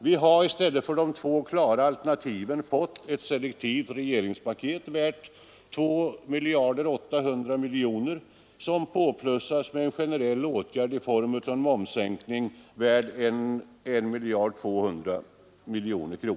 Vi har i stället för de två alternativen fått ett selektivt regeringspaket värt 2 800 miljoner kronor, vilket plussats på med en generell åtgärd i form av momssänkning värd 1 200 miljoner.